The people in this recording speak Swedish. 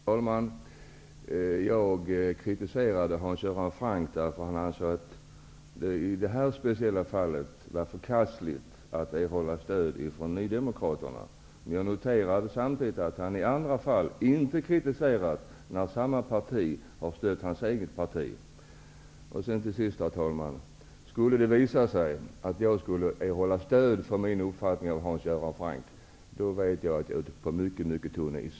Herr talman! Jag kritiserade Hans Göran Franck därför att han i det här speciella fallet anser att det är förkastligt att erhålla stöd från nydemokraterna. Jag noterade samtidigt att han i andra fall inte kritiserat dem när de har stött hans eget parti. Om jag skulle erhålla stöd för min uppfattning av Hans Göran Franck, skulle jag veta att jag är ute på mycket tunn is.